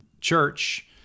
church